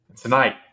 Tonight